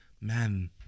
man